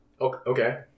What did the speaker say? Okay